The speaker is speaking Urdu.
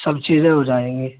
سب چیزیں ہو جائیں گی